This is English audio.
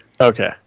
Okay